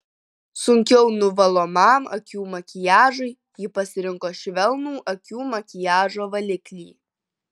sunkiau nuvalomam akių makiažui ji pasirinko švelnų akių makiažo valiklį